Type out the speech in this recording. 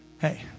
Hey